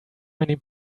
many